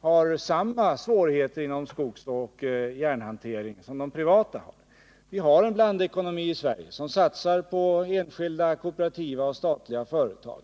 har samma svårigheter inom skogsoch järnhantering som de privata. Vi har en blandekonomi i Sverige som satsar på enskilda, kooperativa och statliga företag.